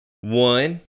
One